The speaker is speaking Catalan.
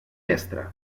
mestre